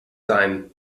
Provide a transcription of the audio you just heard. sein